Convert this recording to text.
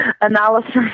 analysis